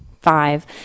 Five